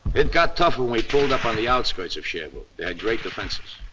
it got tougher when we pulled up on the outskirts of cherbourg, they had great defenses.